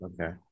Okay